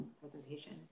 presentation